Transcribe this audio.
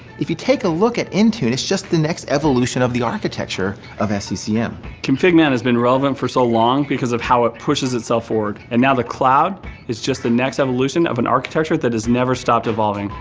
if you take a look at intune, it's just the next evolution of the architecture of sccm. config man has been relevant for so long because of how it pushes itself forward and now the cloud is just the next evolution of an architecture that has never stopped evolving.